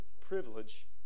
privilege